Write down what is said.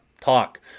Talk